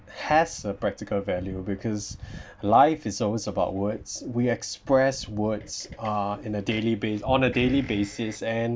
has a practical value because life is always about words we express words uh in a daily bas~ on a daily basis and